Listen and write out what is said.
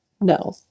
no